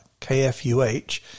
KFUH